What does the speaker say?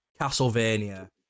Castlevania